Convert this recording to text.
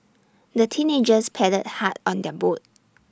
the teenagers paddled hard on their boat